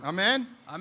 Amen